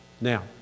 Now